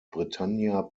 britannia